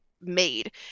made